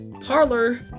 Parlor